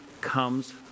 comes